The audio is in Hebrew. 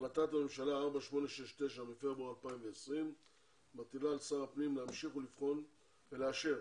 החלטת ממשלה 4869 מפברואר 2020 מטילה על שר הפנים להמשיך לבחון ולאשר,